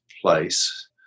place